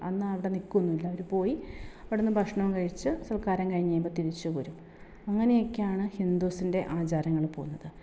അന്ന് അവിടെ നിൽക്കുന്നില്ല അവർ പോയി അവിടെ നിന്ന് ഭക്ഷണം കഴിച്ച് സർക്കാരം കഴിയുമ്പോൾ തിരിച്ച് പോരും അങ്ങനെയൊക്കെയാണ് ഹിന്ദൂസിൻ്റെ ആചാരങ്ങൾ പോകുന്നത്